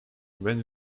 when